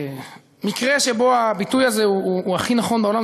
מקרה שבו הביטוי הזה הוא הכי נכון בעולם,